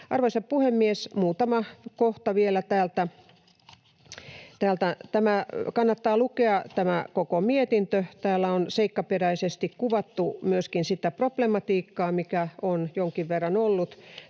Arvoisa puhemies! Muutama kohta vielä täältä. Kannattaa lukea tämä koko mietintö. Täällä on seikkaperäisesti kuvattu myöskin sitä problematiikkaa, mitä on jonkin verran ollut